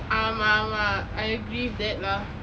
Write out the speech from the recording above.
ஆமா ஆமா: aama aama I agree with that lah